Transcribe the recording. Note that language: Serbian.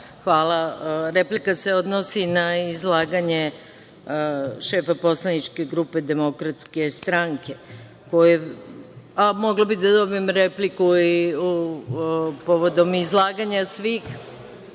Hvala. Replika se odnosi na izlaganje šefa poslaničke grupe DS, a mogla bi da dobijem repliku i povodom izlaganja svih